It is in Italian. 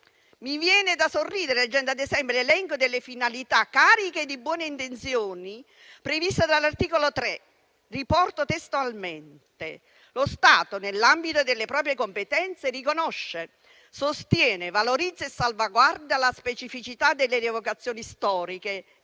Mi viene da sorridere leggendo, ad esempio, l'elenco delle finalità cariche di buone intenzioni previste dall'articolo 3. Riporto testualmente tale articolo: «Lo Stato, nell'ambito delle proprie competenze, riconosce, sostiene, valorizza e salvaguarda la specificità delle rievocazioni storiche